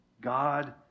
God